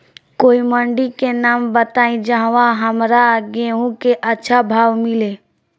कोई मंडी के नाम बताई जहां हमरा गेहूं के अच्छा भाव मिले?